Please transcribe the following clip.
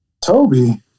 Toby